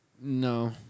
No